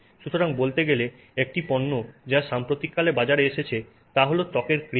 সুতরাং বলতে গেলে একটি পণ্য যা সাম্প্রতিককালে বাজারে এসেছে তা হল ত্বকের ক্রিম